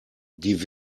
die